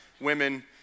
women